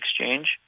exchange